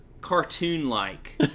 cartoon-like